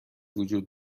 وجود